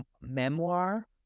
Memoir